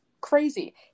crazy